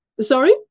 Sorry